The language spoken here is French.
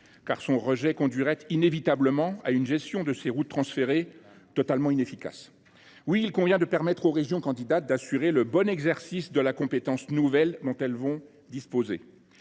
car son rejet conduirait inévitablement à une gestion totalement inefficace des routes transférées. Oui, il convient de permettre aux régions candidates d’assurer le bon exercice de la compétence nouvelle dont elles vont disposer.